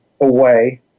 away